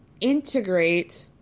integrate